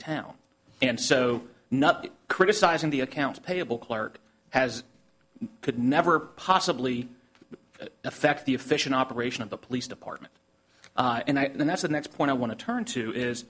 town and so nothing criticising the accounts payable clerk has could never possibly affect the efficient operation of the police department and i think that's the next point i want to turn to is